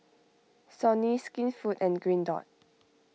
Sony Skinfood and Green Dot